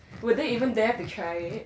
would they even dare to try it